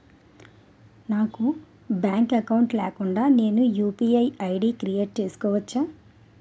నాకు bank account లేకుండా నేను యు.పి.ఐ ఐ.డి క్రియేట్ చేసుకోవచ్చా?